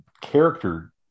character